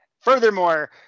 furthermore